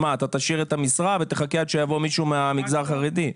תשאיר את המשרה ותחכה עד שיבוא מישהו מהמגזר החרדי?